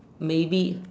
maybe